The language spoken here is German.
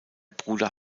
bruder